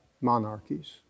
monarchies